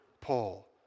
Paul